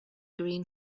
green